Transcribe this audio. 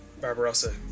Barbarossa